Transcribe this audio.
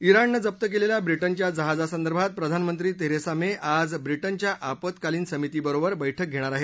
इराणनं जप्त केलेल्या ब्रि िच्या जहाजासंदर्भात प्रधानमंत्री तेरेसा मे आज ब्रि िच्या आपत्कालीन समितीबरोबर बैठक घेणार आहेत